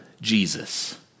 Jesus